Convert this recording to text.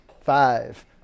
five